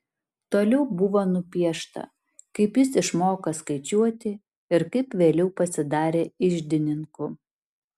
toliau buvo nupiešta kaip jis išmoko skaičiuoti ir kaip vėliau pasidarė iždininku